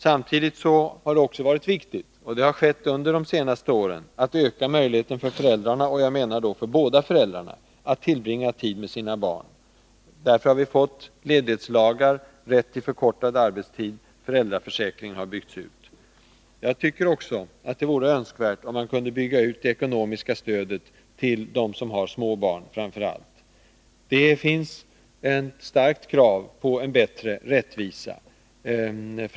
Samtidigt har det också under de senaste åren framstått som viktigt att öka möjligheterna för föräldrarna — jag menar då båda föräldrarna — att tillbringa tid med sina barn. Därför har vi fått ledighetslagen, rätt till förkortad arbetstid, och föräldraförsäkringen har byggts ut. Jag tycker också att det vore önskvärt om man kunde bygga ut det ekonomiska stödet till barnfamiljer, framför allt sådana med småbarn. Det finns ett starkt krav på en bättre rättvisa.